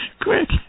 quick